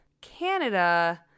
Canada